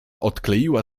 odkleiła